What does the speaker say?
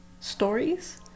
stories